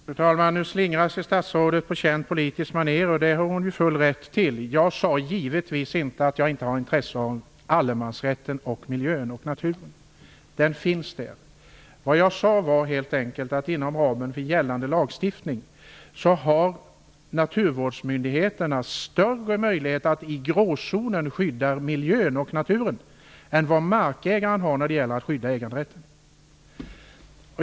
Fru talman! Nu slingrar sig statsrådet på känt politiskt maner, och det har hon ju full rätt till. Jag sade givetvis inte att jag inte har intresse av allemansrätten och miljön. Den finns där. Vad jag sade var helt enkelt att naturvårdsmyndigheterna inom ramen för gällande lagstiftning har större möjlighet att i gråzonen skydda miljön och naturen än vad markägaren har när det gäller att skydda äganderätten.